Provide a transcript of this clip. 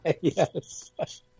Yes